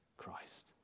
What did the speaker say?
Christ